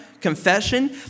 confession